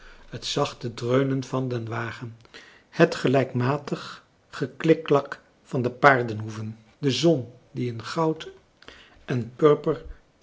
het zachte dreunen van den wagen het gelijkmatig geklikklak van de paardenhoeven de zon die in goud en purper